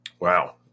Wow